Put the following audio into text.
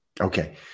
Okay